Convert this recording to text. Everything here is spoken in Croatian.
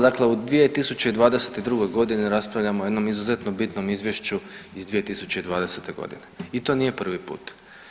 Dakle, u 2022.g. raspravljamo o jednom izuzetno bitnom izvješću iz 2020.g. i to nije prvi put.